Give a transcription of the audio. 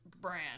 brand